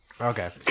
Okay